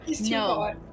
No